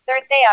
Thursday